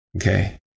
Okay